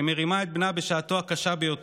שמרימה את בנה בשעתו הקשה ביותר.